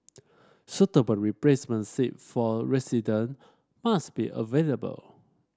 suitable replacement site for resident must be available